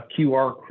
QR